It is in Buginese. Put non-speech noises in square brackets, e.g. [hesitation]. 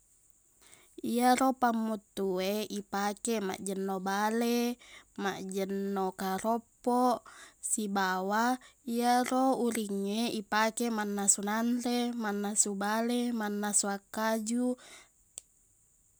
Iyaro pammuttu e ipake maqjenno bale maqjenno karoppok sibawa iyaro uringnge ipake mannasu nanre mannasu bale mannasu akkaju [hesitation]